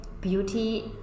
beauty